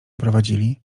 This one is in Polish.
prowadzili